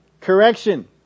Correction